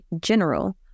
general